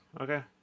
okay